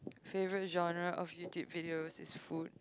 favourite genre of YouTube videos is food